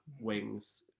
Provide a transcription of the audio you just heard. wings